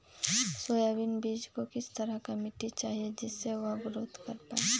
Soybean बीज को किस तरह का मिट्टी चाहिए जिससे वह ग्रोथ कर पाए?